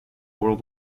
world